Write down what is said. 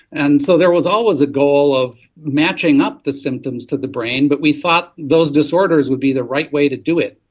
and so there was always a goal of matching up the symptoms to the brain, but we thought those disorders would be the right way to do it.